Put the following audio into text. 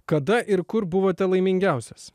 kada ir kur buvote laimingiausias